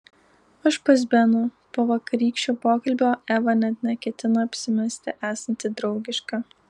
aš pas beną po vakarykščio pokalbio eva net neketina apsimesti esanti draugiška